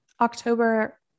October